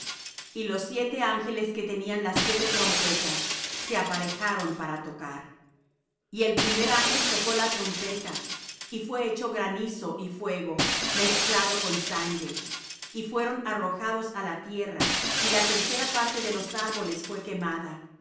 y los siete ángeles que tenían las siete trompetas se aparejaron para tocar y el primer ángel tocó la trompeta y fué hecho granizo y fuego mezclado con sangre y fueron arrojados á la tierra y la tercera parte de los árboles fué quemada